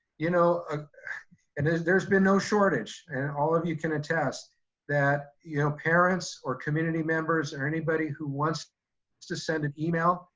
you know ah and there's there's been no shortage. and all of you can attest that, you know parents or community members or anybody who wants to send an email,